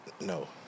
No